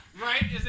Right